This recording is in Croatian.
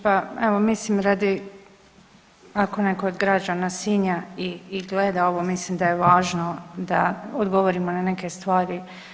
Pa evo, mislim radi, ako netko od građana Sinja i gleda ovo, mislim da je važno da odgovorimo na neke stvari.